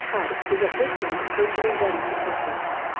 my house is at this moment virtually ready for patients.